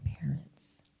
parents